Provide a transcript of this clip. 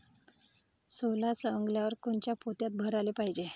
सोला सवंगल्यावर कोनच्या पोत्यात भराले पायजे?